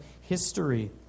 history